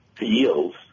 yields